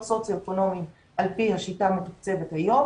סוציו-אקונומי על פי השיטה המתוקצבת היום,